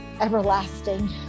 everlasting